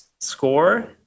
score